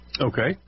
Okay